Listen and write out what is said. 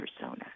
persona